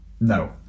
no